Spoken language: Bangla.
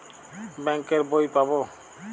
বাংক এর বই পাবো?